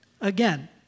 again